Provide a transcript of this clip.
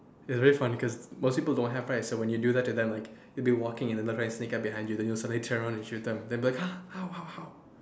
it is very funny cause most people don't have right so when you do that to them like you will be walking right and then they sneak up behind you and then you will suddenly turn around and shoot them then they be like !huh! how how how